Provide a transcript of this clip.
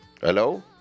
Hello